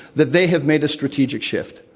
that they have made a strategic shift?